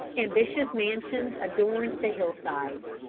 ambitious mansions adorned the hillsides,